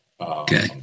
Okay